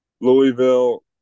Louisville